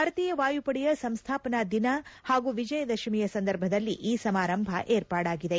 ಭಾರತೀಯ ವಾಯುಪಡೆಯ ಸಂಸ್ವಾಪನಾ ದಿನ ಹಾಗೂ ವಿಜಯದಶಮಿಯ ಸಂದರ್ಭದಲ್ಲಿ ಈ ಸಮಾರಂಭ ಏರ್ಪಾಡಾಗಿದೆ